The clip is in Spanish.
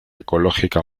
ecológica